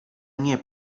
nie